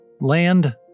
Land